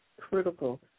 critical